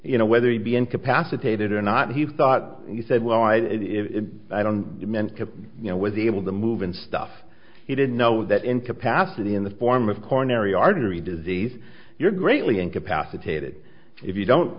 you know whether he be incapacitated or not he thought he said well i i don't meant to you know was able to move and stuff he didn't know that incapacity in the form of coronary artery disease you're greatly incapacitated if you don't